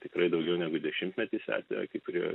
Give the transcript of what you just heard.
tikrai daugiau negu dešimtmetį seka kai kurie